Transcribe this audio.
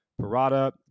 Parada